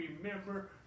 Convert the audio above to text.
remember